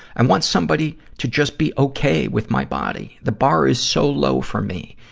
and want somebody to just be okay with my body. the bar is so low for me.